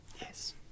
yes